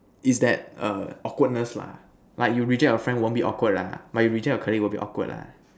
is that err awkwardness lah like you reject your friend won't be awkward lah but you reject your colleague will be awkward lah